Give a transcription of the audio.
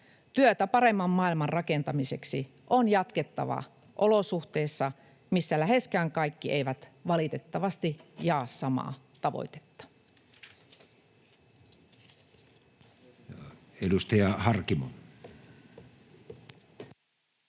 Työtä paremman maailman rakentamiseksi on jatkettava olosuhteissa, missä läheskään kaikki eivät valitettavasti jaa samaa tavoitetta.